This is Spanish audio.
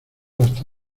hasta